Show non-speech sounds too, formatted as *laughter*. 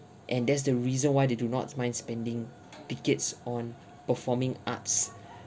and that's the reason why they do not mind spending tickets on *breath* performing arts *breath*